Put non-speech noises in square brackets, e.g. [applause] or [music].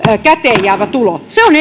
käteenjäävä tulo se on [unintelligible]